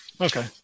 Okay